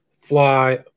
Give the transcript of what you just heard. Fly